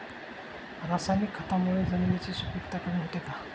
रासायनिक खतांमुळे जमिनीची सुपिकता कमी होते का?